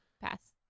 Pass